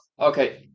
okay